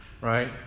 right